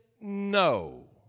no